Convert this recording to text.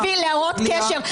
להראות קשר.